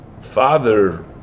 father